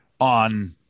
on